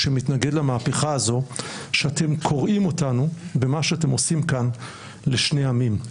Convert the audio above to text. שמתנגד למהפכה הזאת אתם קורעים אותנו במה שאתם עושים כאן לשני עמים,